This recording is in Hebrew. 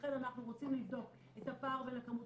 לכן אנחנו רוצים לבדוק את הפער בין הכמות